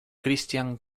christian